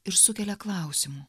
ir sukelia klausimų